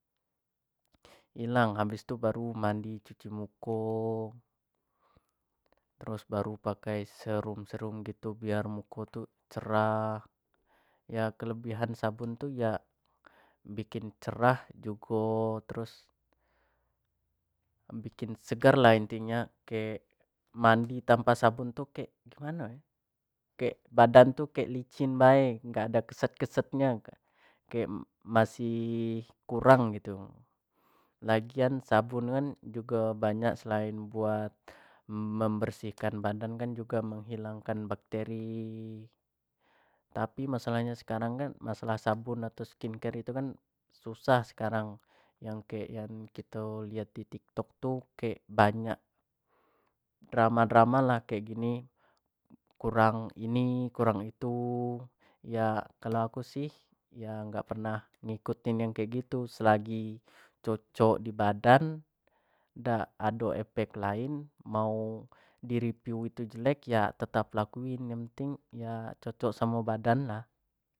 Ilang habis tu baru mandi cuci muko, terus pakai serum- serum gitu biar muko, tu cerah yo kelebihan sabun tu iyo bikin cerah jugo, terus bikin segar lah inti nya kek mandi tanpa sabun tu kek gimano yo, kek badan tu kek licin bae, gak ada keset- keset nya, kek masih kurang gitiu lagian sabun kan jugo banyak selain buat membersihkan badang jugo buat menghilangkan bakteri, tapi masalah sekarang kan masalah sabun atau skin care susah sekarang, kek yang kito lihat di tiktok tu kek banyak drama- drama lah kek gini, kurang ini, kurang itu ya kalau aku sih dak pernha ngikutin yang kek gitu selagi cocok di badang dak do efek lain, mau di review itu jelek ya tetap di lakuuin yang penting cocok samo badan lah.